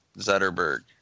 Zetterberg